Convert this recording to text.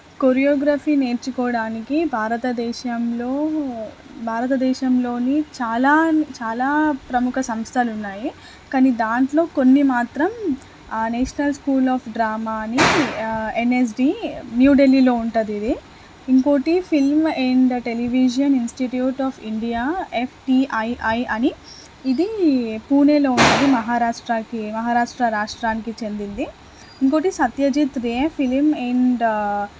choreography నేర్చుకోవడానికి భారతదేశంలో భారతదేశంలోని చాలా చాలా ప్రముఖ సంస్థలు ఉన్నాయి కానీ దాంట్లో కొన్ని మాత్రం నేషనల్ స్కూల్ ఆఫ్ డ్రామా అని ఎన్ఎస్డి న్యూఢిల్లీలో ఉంటది ఇది ఇంకోటి film and television institute of India FTII అని ఇది పూణేలో ఉం కొరియోగ్రఫీ నేర్చుకోవడానికి భారతదేశంలో భారతదేశంలోని చాలా చాలా ప్రముఖ సంస్థలు ఉన్నాయి కానీ దాంట్లో కొన్ని మాత్రం నేషనల్ స్కూల్ ఆఫ్ డ్రామా అని ఎన్ఎస్డి న్యూఢిల్లీలో ఉంటది ఇది ఇంకోటి film and television institute of India FTII అని ఇది పూణేలో ఉంటది మహారాష్ట్రకి మహారాష్ట్ర రాష్ట్రానికి చెందింది ఇంకొకటి సత్యజిత్ రే ఫిలిం అండ్ టది మహారాష్ట్రకి మహారాష్ట్ర రాష్ట్రానికి చెందింది ఇంకొకటి సత్యజిత్ రే ఫిలిం అండ్